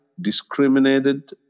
discriminated